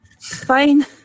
Fine